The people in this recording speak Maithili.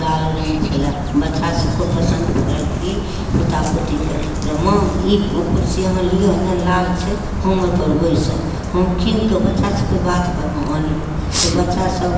लाल रङ्ग छलै बच्चासभके पसन्द पड़ल कि पोता पोतीके जे माँ ई कुरसी अहाँ लिअऽ ने लाल छै हम ओहिपर बैसब हम कीनिकऽ बच्चासभके बातपरमे अनलहुँ से बच्चासभ